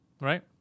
right